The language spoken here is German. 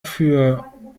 für